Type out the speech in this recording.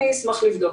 אשמח לבדוק.